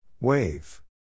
Wave